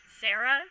Sarah